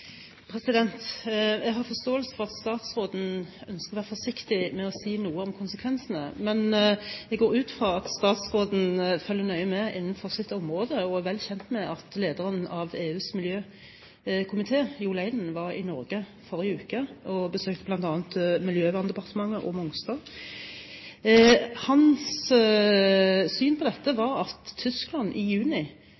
Jeg har forståelse for at statsråden ønsker å være forsiktig med å si noe om konsekvensene. Men jeg går ut fra at han følger nøye med innenfor sitt område og er vel kjent med at lederen for Europaparlamentets miljøkomité, Jo Leinen, var i Norge i forrige uke og besøkte bl.a. Miljøverndepartementet og Mongstad. Hans syn på dette